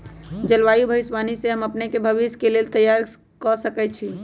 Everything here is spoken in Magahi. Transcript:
जलवायु भविष्यवाणी से हम अपने के भविष्य के लेल तइयार कऽ सकै छी